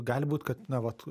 gali būt kad na vat